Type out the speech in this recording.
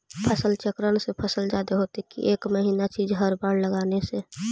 फसल चक्रन से फसल जादे होतै कि एक महिना चिज़ हर बार लगाने से?